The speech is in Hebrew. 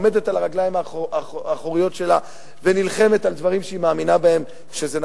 עומדת על רגליה האחוריות ונלחמת על דברים שהיא מאמינה שהם נכונים.